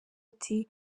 ati